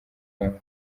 kabo